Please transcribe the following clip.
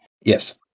Yes